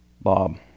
Bob